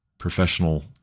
Professional